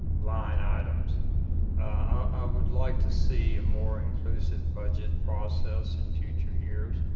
line items i would like to see a more inclusive budget process in future years.